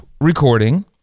recording